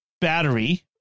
battery